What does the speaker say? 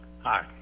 Hi